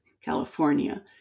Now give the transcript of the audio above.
California